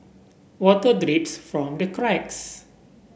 water drips from the cracks